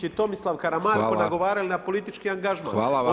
i Tomislav Karamarko nagovarali na politički angažman.